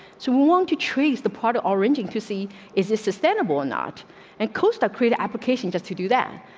so we want to trace the part of arranging to see is a sustainable not and costa creator application just to do that.